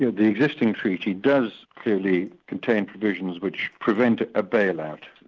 you know the existing treaty does clearly contain provisions which prevent a bail-out,